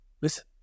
listen